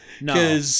no